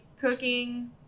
cooking